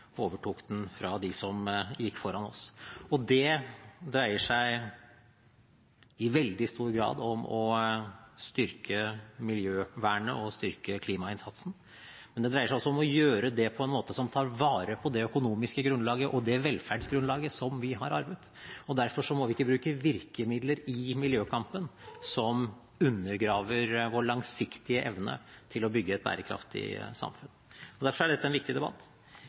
overtok den fra de som gikk foran oss. Det dreier seg i veldig stor grad om å styrke miljøvernet og styrke klimainnsatsen, men det dreier seg også om å gjøre det på en måte som tar vare på det økonomiske grunnlaget og det velferdsgrunnlaget som vi har arvet. Derfor må vi ikke bruke virkemidler i miljøkampen som undergraver vår langsiktige evne til å bygge et bærekraftig samfunn, og derfor er dette en viktig debatt.